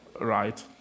right